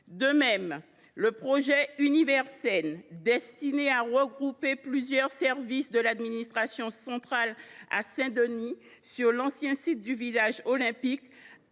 De même, le projet Universeine, destiné à regrouper plusieurs services de l’administration centrale à Saint Denis sur le site du village olympique,